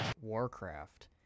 WarCraft